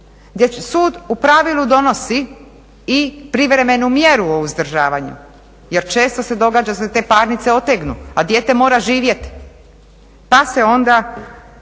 sud u pravilu donosi i privremenu mjeru o uzdržavanju jer često se događa da se te parnice otegnu, a dijete mora živjeti pa se onda